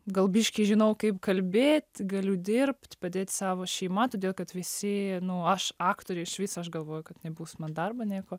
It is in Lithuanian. gal biškį žinau kaip kalbėt galiu dirbt padėt savo šeima todėl kad visi nu aš aktorė išvis aš galvojau kad nebus man darbo nieko